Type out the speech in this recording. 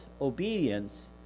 obedience